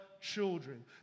children